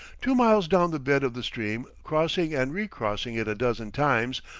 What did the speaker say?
two miles down the bed of the stream, crossing and recrossing it a dozen times,